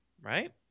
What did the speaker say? right